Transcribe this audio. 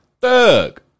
Thug